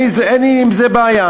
אין לי עם זה בעיה.